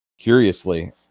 curiously